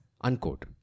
Unquote